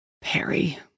Perry